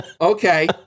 Okay